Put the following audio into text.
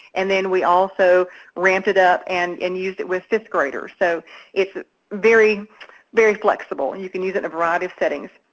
and then we also ramped it up and and used it with fifth graders. so it's very very flexible and you can use it in a variety of settings.